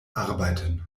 arbeiten